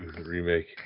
remake